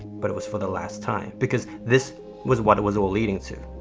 but it was for the last time, because this was what it was all leading to.